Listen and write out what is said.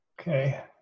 okay